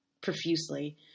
profusely